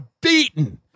beaten